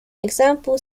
example